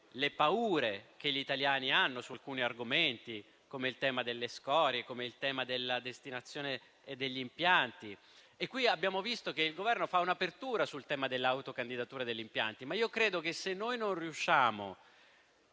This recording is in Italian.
le paure che gli italiani hanno su alcuni argomenti, come il tema delle scorie e quello della destinazione degli impianti. Abbiamo visto che il Governo ha aperto al tema della autocandidatura degli impianti. Io credo, però, che se noi non riusciamo,